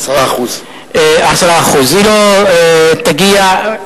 10%. היא לא תגיע,